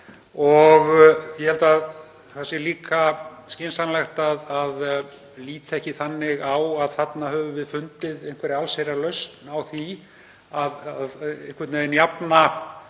og ég held að það sé líka skynsamlegt að líta ekki þannig á að þarna höfum við fundið einhverja allsherjarlausn á því að jafna